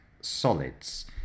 solids